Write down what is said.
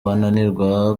bananirwa